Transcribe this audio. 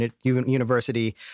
University